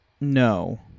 no